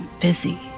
busy